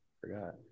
Forgot